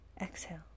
Exhale